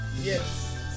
Yes